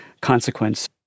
consequence